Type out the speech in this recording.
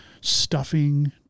stuffing